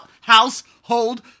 household